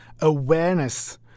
awareness